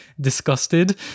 disgusted